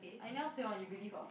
I anyhow say one you believe ah